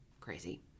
crazy